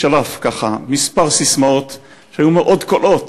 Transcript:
שלף ככה כמה ססמאות שהיו מאוד קולעות,